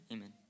Amen